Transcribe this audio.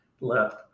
left